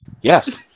Yes